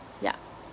yup